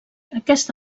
aquesta